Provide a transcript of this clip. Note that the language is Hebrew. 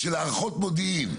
של הערכות מודיעין,